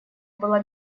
была